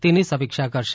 તેની સમીક્ષા કરશે